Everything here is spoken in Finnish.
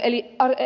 eli ed